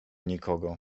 nikogo